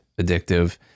addictive